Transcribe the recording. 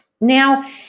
now